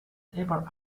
ever